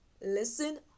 listen